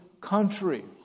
country